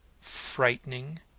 frightening